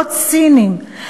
לא ציניים,